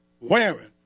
wearing